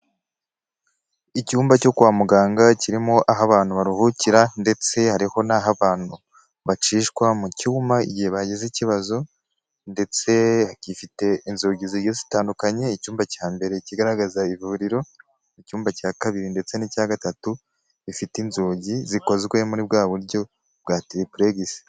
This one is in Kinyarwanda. Icyumba cyo kwa muganga kirimo aho abantu baruhukira ndetse hari n'aho abantu bacishwa mu cyuma igihe bagize ikibazo ndetse gufite inzugi zigiye zitandukanye, icyumba cya mbere kigaragaza ivuriro, icyumba cya kabiri ndetse n'icya gatatu gifite inzugi zikozwe muri bwa buryo bwa tiripurekisi.